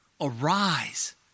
Arise